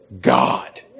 God